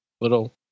little